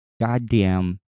goddamn